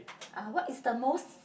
uh what is the most